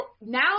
now